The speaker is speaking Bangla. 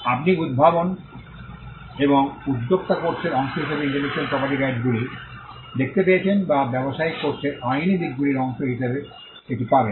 আপনি উদ্ভাবন এবং উদ্যোক্তা কোর্সের অংশ হিসাবে ইন্টেলেকচুয়াল প্রপার্টি রাইটসগুলি দেখতে পেয়েছেন বা ব্যবসায়িক কোর্সের আইনী দিকগুলির অংশ হিসাবে এটি পাবেন